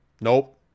Nope